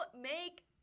make